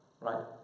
Right